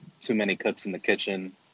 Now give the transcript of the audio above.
too-many-cooks-in-the-kitchen